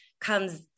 comes